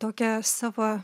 tokią savo